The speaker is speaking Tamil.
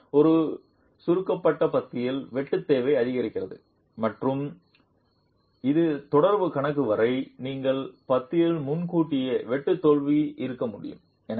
மற்றும் ஒரு சுருக்கப்பட்ட பத்தியில் வெட்டு தேவை அதிகரிக்கிறது மற்றும் அது தொடர்பு கணக்கு வரை நீங்கள் பத்தியில் முன்கூட்டியே வெட்டு தோல்வி இருக்க முடியும்